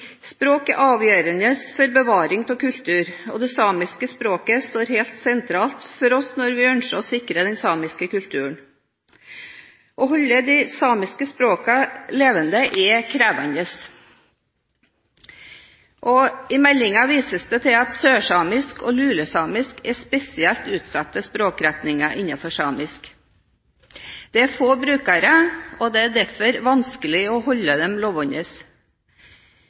avgjørende for bevaring av kultur, og det samiske språket står helt sentralt for oss når vi ønsker å sikre den samiske kulturen. Å holde de samiske språkene levende er krevende. I meldingen vises det til at sørsamisk og lulesamisk er spesielt utsatte språkretninger innenfor samisk. Det er få brukere, og det er derfor vanskelig å holde dem